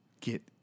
Get